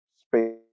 space